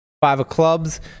five-of-clubs